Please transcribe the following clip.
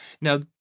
Now